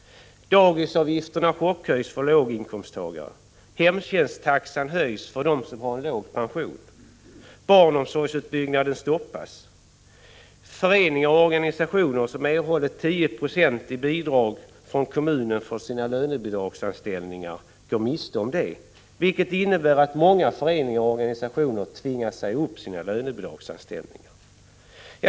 Dagisavgifterna chockhöjs för låginkomsttagare. Hemtjänsttaxan höjs för dem som har en låg pension. Barnomsorgsutbyggnaden stoppas. Föreningar och organisationer som erhållit 10 96 i bidrag från kommunen för sina lönebidragsanställningar går miste om det, vilket innebär att många föreningar och organisationer tvingas säga upp sina lönebidragsanställda.